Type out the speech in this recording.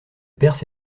perse